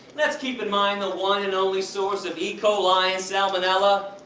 lets keep in mind the one and only source of e. coli and salmonella.